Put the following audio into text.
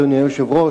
אדוני היושב-ראש,